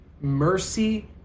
Mercy